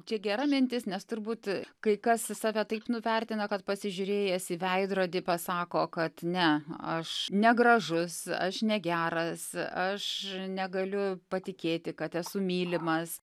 čia gera mintis nes turbūt kai kas save taip nuvertina kad pasižiūrėjęs į veidrodį pasako kad ne aš negražus aš negeras aš negaliu patikėti kad esu mylimas